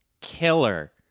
killer